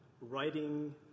writing